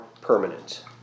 permanent